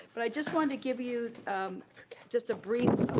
but i just wanted to give you just a brief